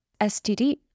STD